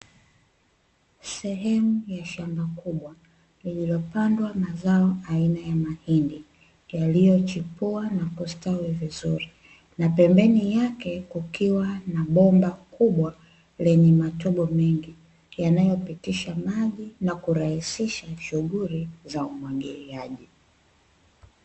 Sehemu ya shamba kubwa lililopandwa mazao aina ya mahindi yaliyochipua na kustawi vizuri, na pembeni yake kukiwa na bomba kubwa lenye matobo mengi yanayopitisha maji na kurahisisha shughuli za umwagiliaji.